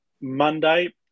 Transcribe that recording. Monday